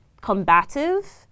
combative